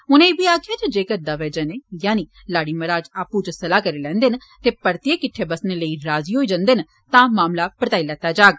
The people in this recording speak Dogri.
उनें इब्बी आक्खेआ कि जेक्कर दवै जने यानी लाड़ी मराज आपूं च सुलह करी लैंदे न ते परतिये किट्ठे बस्सने लेई राजी होई जन्दे न तां मामला परताई लैता जाग